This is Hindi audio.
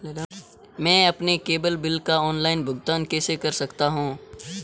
मैं अपने केबल बिल का ऑनलाइन भुगतान कैसे कर सकता हूं?